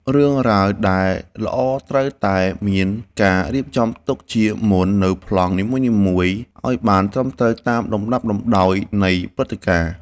រឿងរ៉ាវដែលល្អត្រូវតែមានការរៀបចំទុកជាមុននូវប្លង់នីមួយៗឱ្យបានត្រឹមត្រូវតាមលំដាប់លំដោយនៃព្រឹត្តិការណ៍។